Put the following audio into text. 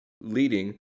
leading